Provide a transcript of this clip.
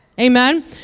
Amen